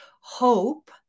hope